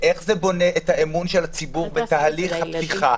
ואיך זה בונה את האמון של הציבור בתהליך הפתיחה,